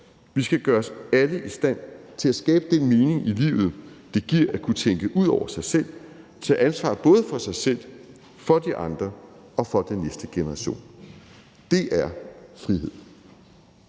Vi skal gøre os alle i stand til at skabe den mening i livet, det giver at kunne tænke ud over sig selv, tage ansvar både for sig selv, for de andre og for den næste generation. Det er frihed.